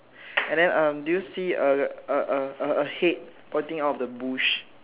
and then uh do you see a a a a a head pointing out of the bush